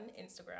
Instagram